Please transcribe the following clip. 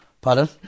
pardon